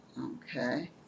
Okay